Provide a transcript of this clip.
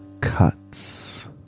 Cuts